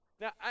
Now